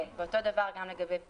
כן ואותו דבר גם לגבי (5):